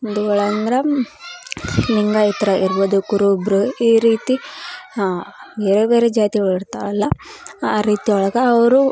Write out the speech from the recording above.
ಹಿಂದುಗಳಂದ್ರ ಲಿಂಗಾಯಿತ್ರು ಇರ್ಬೋದು ಕುರುಬರು ಈ ರೀತಿ ಹಾಂ ಬೇರೆ ಬೇರೆ ಜಾತಿಗಳು ಇರ್ತಾರಲ್ಲ ಆ ರೀತಿ ಒಳ್ಗೆ ಅವರು